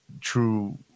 true